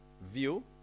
view